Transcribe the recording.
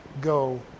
go